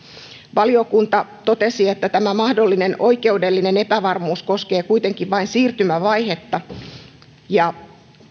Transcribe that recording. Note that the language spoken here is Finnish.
valiokunta totesi että tämä mahdollinen oikeudellinen epävarmuus koskee kuitenkin vain siirtymävaihetta ja